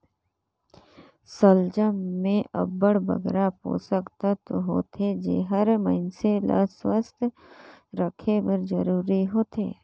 सलजम में अब्बड़ बगरा पोसक तत्व होथे जेहर मइनसे ल सुवस्थ रखे बर जरूरी होथे